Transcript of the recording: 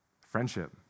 Friendship